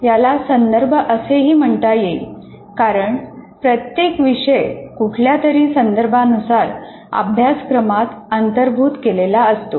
याला संदर्भ असेही म्हणता येईल कारण प्रत्येक विषय कुठल्यातरी संदर्भानुसार अभ्यासक्रमात अंतर्भूत केलेला असतो